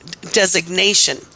designation